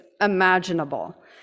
imaginable